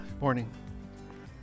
Morning